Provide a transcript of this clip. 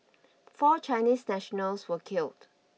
four Chinese nationals were killed